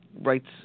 rights